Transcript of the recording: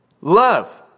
Love